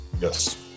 Yes